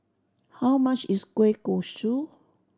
how much is kueh kosui